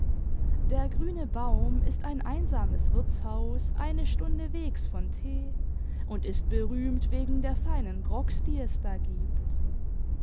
der grüne baimi ist ein einsames wirtshaus eine stunde wegs von t und ist berühmt wegen der feinen grogs die es da gibt